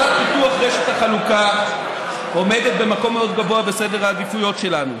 הצעת פיתוח רשת החלוקה עומדת במקום מאוד גבוה בסדר העדיפויות שלנו.